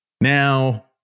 Now